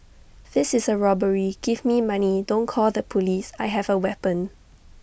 this is A robbery give me money don't call the Police I have A weapon